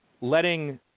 letting